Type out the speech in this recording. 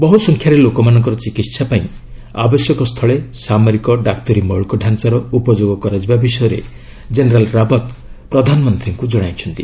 ବହୁ ସଂଖ୍ୟାରେ ଲୋକମାନଙ୍କର ଚିକିତ୍ସା ପାଇଁ ଆବଶ୍ୟକ ସ୍ଥୁଳେ ସାମରିକ ଡାକ୍ତରୀ ମୌଳିକ ଢାଞ୍ଚାର ଉପଯୋଗ କରାଯିବା ବିଷୟରେ ଜେନେରାଲ୍ ରାଓ୍ୱତ୍ ପ୍ରଧାନମନ୍ତ୍ରୀଙ୍କୁ ଜଣାଇଛନ୍ତି